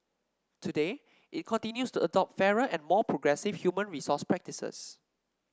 today it continues to adopt fairer and more progressive human resource practices